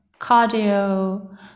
cardio